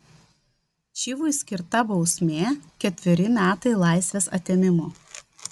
čivui skirta bausmė ketveri metai laisvės atėmimo